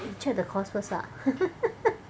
you check the cost first lah